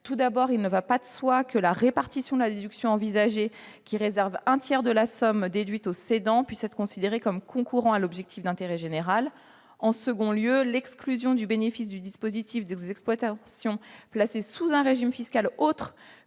Tout d'abord, il ne va pas de soi que la répartition de la déduction envisagée, qui réserve un tiers de la somme déduite au cédant, puisse être considérée comme concourant à l'objectif d'intérêt général. Ensuite, l'exclusion du bénéfice du dispositif des exploitations placées sous un régime fiscal autre